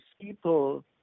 people